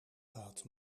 gehad